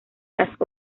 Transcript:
las